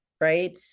right